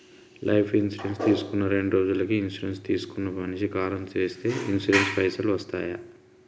Life insurance తీసుకున్న రెండ్రోజులకి insurance తీసుకున్న మనిషి కాలం చేస్తే ఇన్సూరెన్స్ పైసల్ వస్తయా?